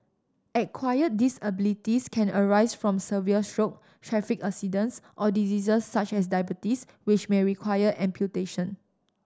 acquired disabilities can arise from severe stroke traffic accidents or diseases such as diabetes which may require amputation